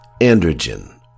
Androgen